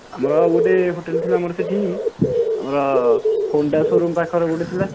ଆମର ଆଉ ଗୋଟିଏ ହୋଟେଲ ଥିଲା ଆମର ସେଇଠି ଆମର ହୋଣ୍ଡା ସୋ ରୁମ୍ ପାଖରେ ଗୋଟିଏ ଥିଲା